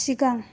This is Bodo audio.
सिगां